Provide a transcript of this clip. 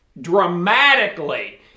dramatically